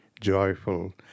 joyful